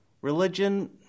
Religion